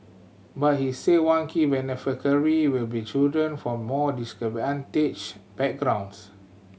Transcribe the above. but he said one key beneficiary will be children from more disadvantaged backgrounds